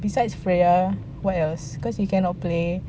besides freya what else because you cannot play